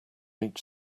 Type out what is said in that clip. each